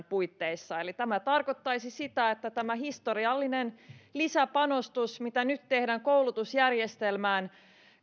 puitteissa eli tämä tarkoittaisi sitä että tämä historiallinen lisäpanostus mitä nyt tehdään koulutusjärjestelmään